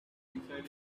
decided